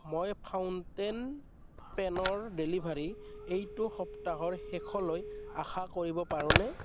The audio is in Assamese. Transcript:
মই ফাউণ্টেইন পেনৰ ডেলিভাৰী এইটো সপ্তাহৰ শেষলৈ আশা কৰিব পাৰোঁনে